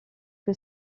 que